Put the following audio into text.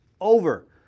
over